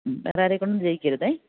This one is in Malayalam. മ്മ് വേറെയാരെക്കൊണ്ടും ചെയ്യിക്കരുത്